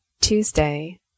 Tuesday